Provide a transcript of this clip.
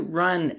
run